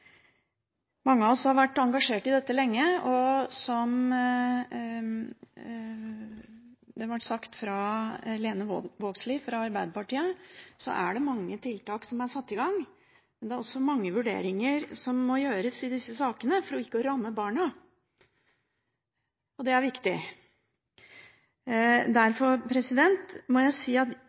Mange av oss har vært engasjert i dette lenge, og som det ble sagt av representanten Lene Vågslid fra Arbeiderpartiet, er det mange tiltak som er satt i gang, men det er også mange vurderinger som må gjøres i disse sakene for ikke å ramme barna. Det er viktig. Derfor må jeg si at